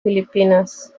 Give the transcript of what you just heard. filipinas